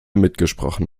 mitgesprochen